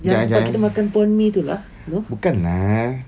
yang tempat kita makan prawn mee tu lah no